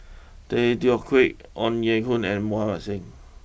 Tay Teow Kiat Ong Ye Kung and Mohan Singh